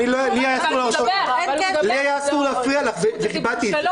אין קשר --- לי היה אסור להפריע לך וכיבדתי את זה.